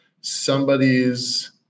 somebody's